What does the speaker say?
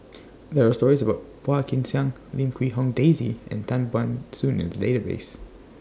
There Are stories about Phua Kin Siang Lim Quee Hong Daisy and Tan Ban Soon in The Database